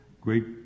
great